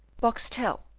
boxtel,